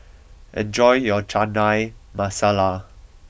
enjoy your Chana Masala